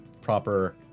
proper